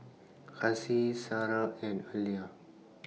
Kasih Sarah and Alya